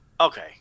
Okay